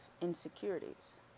Insecurities